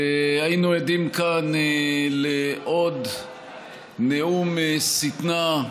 היינו עדים כאן לעוד נאום שטנה,